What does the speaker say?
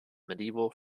medieval